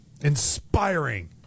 Inspiring